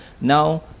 now